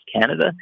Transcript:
Canada